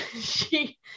she-